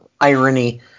irony